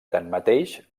tanmateix